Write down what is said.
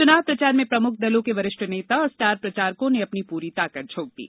चुनाव प्रचार में प्रमुख दलों के वरिष्ठ नेता और स्टार प्रचारकों ने अपनी पूरी ताक झोक दी